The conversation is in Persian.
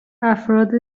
افراد